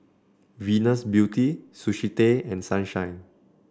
Venus Beauty Sushi Tei and Sunshine